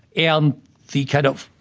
and the, kind of,